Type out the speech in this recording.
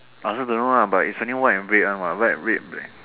I also don't know lah but it's only white and red one what white red and black